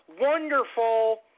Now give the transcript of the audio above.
wonderful